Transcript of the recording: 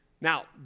Now